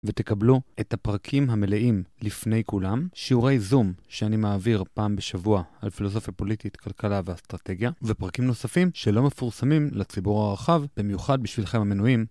ותקבלו את הפרקים המלאים לפני כולם, שיעורי זום שאני מעביר פעם בשבוע על פילוסופיה פוליטית, כלכלה ואסטרטגיה, ופרקים נוספים שלא מפורסמים לציבור הרחב, במיוחד בשבילכם המנויים.